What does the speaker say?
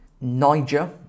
Niger